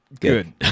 Good